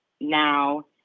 now